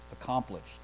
accomplished